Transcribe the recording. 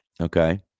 Okay